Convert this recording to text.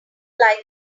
like